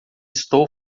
estou